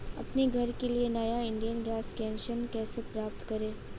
अपने घर के लिए नया इंडियन गैस कनेक्शन कैसे प्राप्त करें?